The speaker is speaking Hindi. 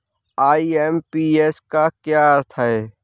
आई.एम.पी.एस का क्या अर्थ है?